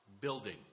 building